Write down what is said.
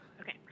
okay